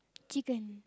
chicken